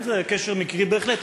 קשר מקרי בהחלט.